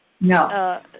No